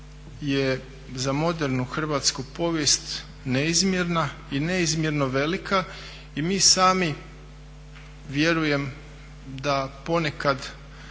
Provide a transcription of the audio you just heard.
rata je za modernu hrvatsku povijest neizmjerna i neizmjerno velika i mi sami vjerujem da ponekad